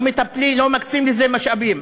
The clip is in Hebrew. לא מטפלים, לא מקצים לזה משאבים.